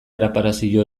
erreparazio